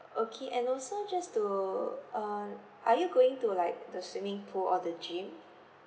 okay and also just to uh are you going to like the swimming pool or the gym